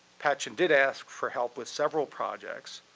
patchen did ask for help with several projects.